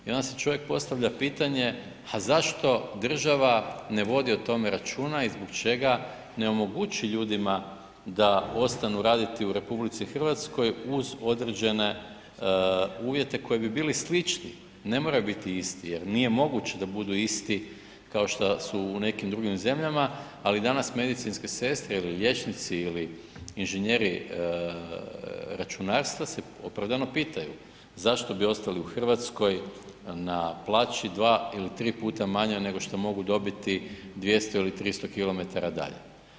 I onda si čovjek postavlja pitanje a zašto država ne vodi o tome račun i zbog čega ne omogući ljudima da ostanu raditi u RH uz određene uvjete koji bi bili slični, ne moraju biti isti jer nije moguće da budu isti kao šta su u nekim drugim zemljama ali danas medicinske sestre ili liječnici ili inženjeri računarstva se opravdano pitaju zašto bi ostali u Hrvatskoj na plaći 2 ili 3 puta manjoj nego što mogu dobiti 200 ili 300 km dalje.